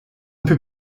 peut